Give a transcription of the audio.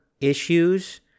issues